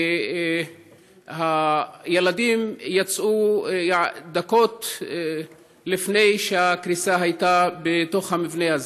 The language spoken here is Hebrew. הילדים יצאו דקות לפני שהקריסה קרתה במבנה הזה.